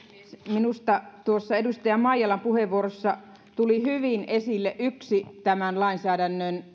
minusta tuossa edustaja maijalan puheenvuorossa tuli hyvin esille yksi tämän lainsäädännön